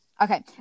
okay